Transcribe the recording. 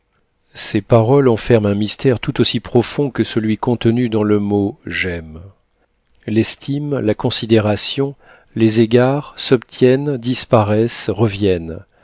ces paroles enferment un mystère tout aussi profond que celui contenu dans le mot j'aime l'estime la considération les égards s'obtiennent disparaissent reviennent